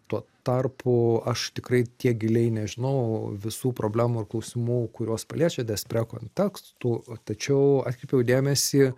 tuo tarpu aš tikrai tiek giliai nežinau visų problemų ir klausimų kuriuos paliečia despre kontekstų tačiau atkreipiau dėmesį